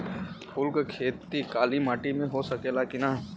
फूल के खेती काली माटी में हो सकेला की ना?